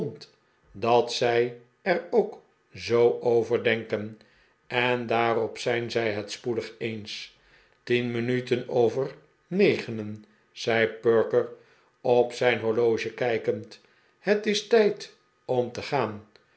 dat zij er ook zoo over denken en daarop zijn zij het spoedig eens tien minuten over negenen zei perker op zijn horloge kijkend het is tijd om te gaan